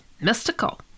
Mystical